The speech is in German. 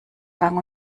gang